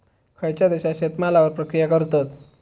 खयच्या देशात शेतमालावर प्रक्रिया करतत?